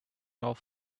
off